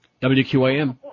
WQAM